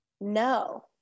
no